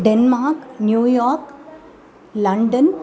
Denmark New York London